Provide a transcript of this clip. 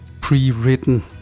pre-written